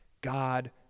God